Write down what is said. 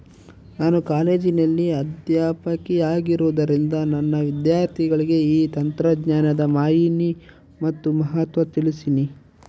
ನಾನು ಕಾಲೇಜಿನಲ್ಲಿ ಅಧ್ಯಾಪಕಿಯಾಗಿರುವುದರಿಂದ ನನ್ನ ವಿದ್ಯಾರ್ಥಿಗಳಿಗೆ ಈ ತಂತ್ರಜ್ಞಾನದ ಮಾಹಿನಿ ಮತ್ತು ಮಹತ್ವ ತಿಳ್ಸೀನಿ